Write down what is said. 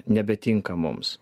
nebetinka mums